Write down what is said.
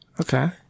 Okay